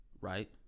right